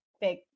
big